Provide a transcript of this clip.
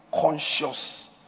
conscious